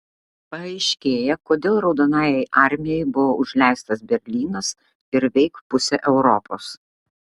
paaiškėja kodėl raudonajai armijai buvo užleistas berlynas ir veik pusė europos